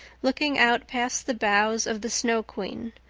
looking out past the boughs of the snow queen,